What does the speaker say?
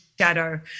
shadow